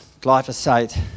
glyphosate